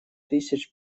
тысяч